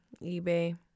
eBay